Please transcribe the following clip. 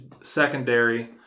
secondary